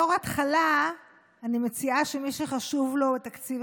בתור התחלה אני מציעה שמי שחשוב לו תקציב